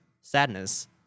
sadness